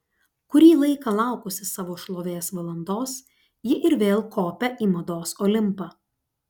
kurį laiką laukusi savo šlovės valandos ji ir vėl kopią į mados olimpą